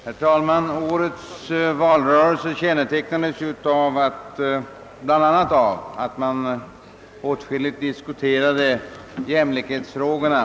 Herr talman! Årets valrörelse kännetecknades bl.a. av att man i stor utsträckning diskuterade jämlikhetsfrågorna.